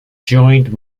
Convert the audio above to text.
joined